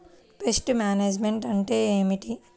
Pest management అంటే ఏమిటి?